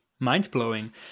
mind-blowing